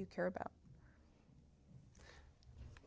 you care about